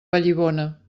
vallibona